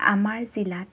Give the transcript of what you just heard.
আমাৰ জিলাত